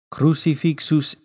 crucifixus